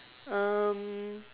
um